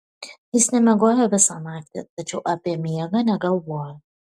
jis nemiegojo visą naktį tačiau apie miegą negalvojo